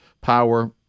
power